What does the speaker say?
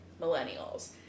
millennials